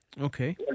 okay